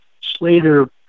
Slater